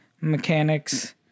mechanics